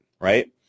right